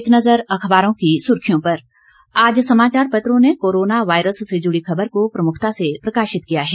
एक नज़र अखबारों की सुर्खियों पर आज समाचार पत्रों ने कोरोना वायरस से जुड़ी खबर को प्रमुखता से प्रकाशित किया है